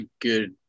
good